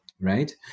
right